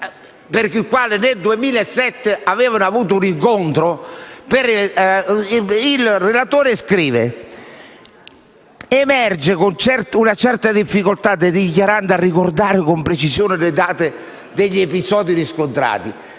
nel 2007 avevano avuto un incontro, il relatore scrive: che "emerge una certa difficoltà del dichiarando a ricordare con precisione le date degli episodi riscontrati",